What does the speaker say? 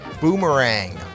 Boomerang